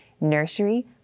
nursery